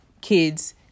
kids